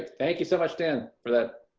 thank you so much, dan for that.